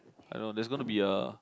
I don't know there's gonna be a